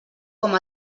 com